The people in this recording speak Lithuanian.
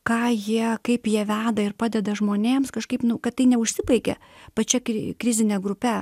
ką jie kaip jie veda ir padeda žmonėms kažkaip nu kad tai neužsibaigia pačia krizine grupe